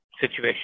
situation